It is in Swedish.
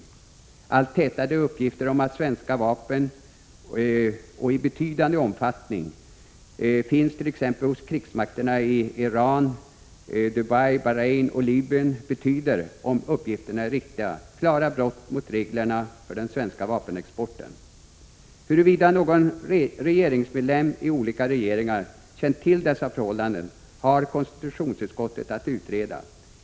De allt tätare uppgifterna om att svenska vapen, och detta i betydande omfattning, finns t.ex. hos krigsmakterna i Iran, Dubai, Bahrein och Libyen betyder, om uppgifterna är riktiga, klara brott mot reglerna för den svenska vapenexporten. Huruvida någon regeringsmedlem i olika regeringar känt till dessa förhållanden har konstitutionsutskottet att utreda.